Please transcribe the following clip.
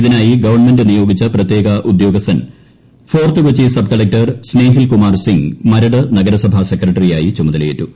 ഇതിനായി ഗവൺമെന്റ് നിയോഗിച്ച പ്രത്യേക ഉദ്യോഗ്ന്ഥിൻ Fort Kochi sub collector Snehil Kumar സിങ്ട് മരട് നഗരസഭാ സെക്രട്ടറിയായി ചുമതലയേറ്റു